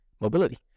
mobility